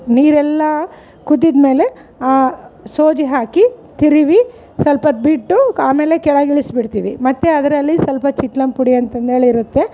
ನೀರೆಲ್ಲಾ ಕುದ್ದಿದ ಮೇಲೆ ಸೋಜಿ ಹಾಕಿ ತಿರುವಿ ಸಲ್ಪೊತ್ ಬಿಟ್ಟು ಆಮೇಲೆ ಕೆಳಗೆ ಇಳಿಸ್ಬಿಡ್ತೀವಿ ಮತ್ತು ಅದರಲ್ಲಿ ಸ್ವಲ್ಪ ಚಿತ್ಲಂಪುಡಿ ಅಂತಂದೇಳಿ ಇರುತ್ತೆ